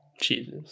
Jesus